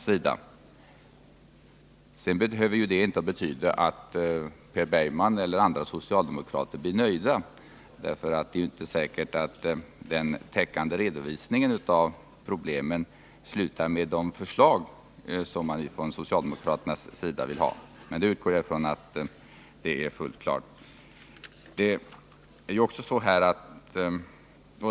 Men det behöver ju inte betyda att Per Bergman eller andra socialdemokrater blir nöjda, för det är inte säkert att den täckande redovisningen av problemen mynnar ut i de förslag som socialdemokraterna vill ha. Detta utgår jag ifrån är fullt klart.